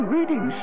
Reading